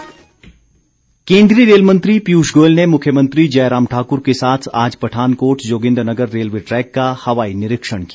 rail track केन्द्रीय rail मंत्री पीयूष गोयल ने मुख्यमंत्री जयराम ठाक्र के साथ आज पठानकोट जोगिन्द्रनगर रेलवे ट्रैक का हवाई निरीक्षण किया